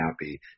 happy